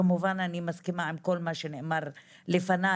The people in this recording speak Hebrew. כמובן אני מסכימה עם כל מה שנאמר לפניי,